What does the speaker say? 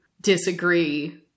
disagree